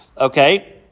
Okay